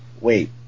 Wait